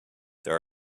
there